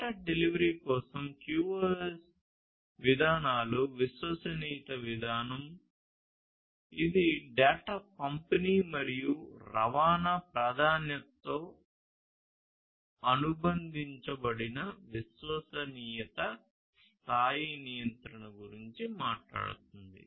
data delivery కోసం QoS విధానాలు విశ్వసనీయత విధానం ఇది డేటా పంపిణీ మరియు రవాణా ప్రాధాన్యతతో అనుబంధించబడిన విశ్వసనీయత స్థాయి నియంత్రణ గురించి మాట్లాడుతుంది